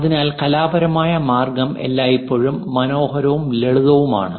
അതിനാൽ കലാപരമായ മാർഗം എല്ലായ്പ്പോഴും മനോഹരവും ലളിതവുമാണ്